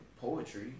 poetry